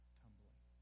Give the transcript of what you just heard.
tumbling